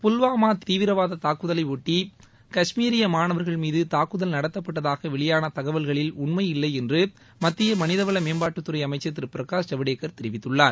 புல்வாமா தீவிரவாதத் தாக்குதலையொட்டி கஷ்மீரிய மாணவர்கள் மீது தாக்குல் நடத்தப்பட்டதாக வெளியான தகவல்களில் உண்மையில்லை என்று மத்திய மனிதவள மேம்பாட்டுத்துறை அமைச்சர் திரு பிரகாஷ் ஜவ்டேகர் தெரிவித்துள்ளார்